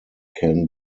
can